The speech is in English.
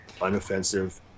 unoffensive